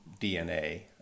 DNA